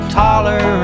taller